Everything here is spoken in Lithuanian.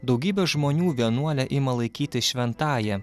daugybė žmonių vienuolę ima laikyti šventąja